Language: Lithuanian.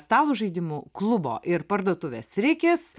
stalo žaidimų klubo ir parduotuvės rikis